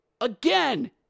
Again